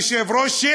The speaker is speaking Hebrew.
היושב-ראש,